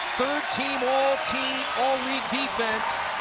team all team all league defense,